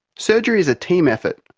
surgery is a team effort,